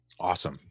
Awesome